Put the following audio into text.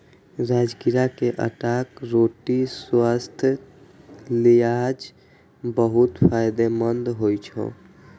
राजगिरा के आटाक रोटी स्वास्थ्यक लिहाज बहुत फायदेमंद होइ छै